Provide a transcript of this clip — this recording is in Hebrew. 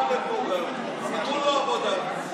חכמולוג שהוא לא חבר כנסת